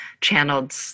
channeled